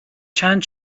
چند